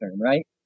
right